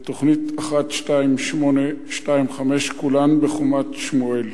תוכנית 12825, כולן בחומת-שמואל.